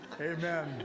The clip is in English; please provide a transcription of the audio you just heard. Amen